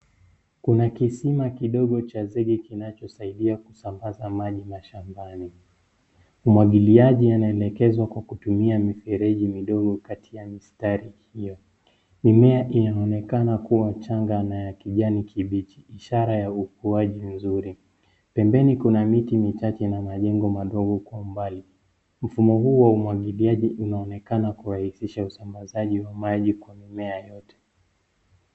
Kuna kisima kidogo tu cha zigi kinachosaidia kusambaza maji mashambani umwagiliaji yanaelekezwa kwa kutumia mifereji midogo kati ya mistari hiyo, mimea inaonekana kuwa changa na ya kijani kibichi ishara ya ukuaji mzuri, pembeni kuna miti michache na majengo madogo kwa mbali mfumo huu wa umwagiliaji unaonekana kurahisisha usambazaji wa maji kwa mimea yote .